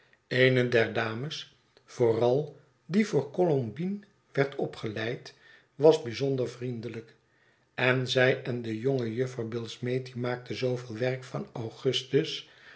der dames vooral die voor columbine werd opgeleid was bijzonder vriendelijk en zij en de jonge juffer billsmethi maakten zooveel werk van augustus